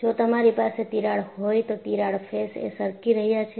જો તમારી પાસે તિરાડ હોય તો તિરાડ ફેસ એ સરકી રહ્યા છે